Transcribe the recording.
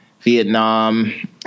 Vietnam